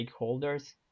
stakeholders